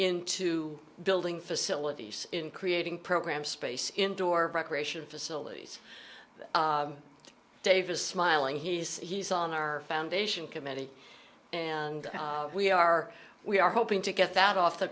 into building facilities in creating program space indoor recreation facilities davis smiling he's he's on our foundation committee and we are we are hoping to get that off the